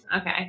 Okay